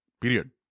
Period